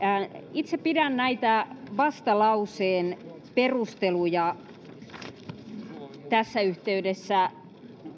itse pidän näitä vastalauseen perusteluja tässä yhteydessä